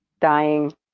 dying